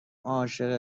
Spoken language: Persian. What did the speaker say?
عاشقه